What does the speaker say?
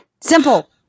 Simple